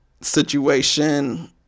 situation